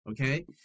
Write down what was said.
Okay